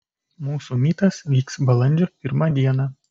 mūsų mytas vyks balandžio pirmą dieną